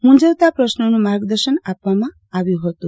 મૂંઝવતા પ્રશ્રોનું માર્ગદર્શન આપવામાં આવ્યું હતું